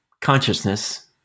consciousness